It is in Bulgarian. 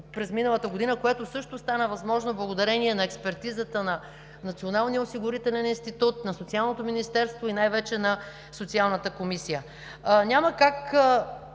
през миналата година, което също стана възможно благодарение на експертизата на Националния осигурителен институт, на Социалното министерство и най-вече на Социалната комисия.